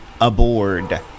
aboard